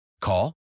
Call